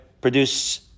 produce